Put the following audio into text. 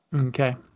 Okay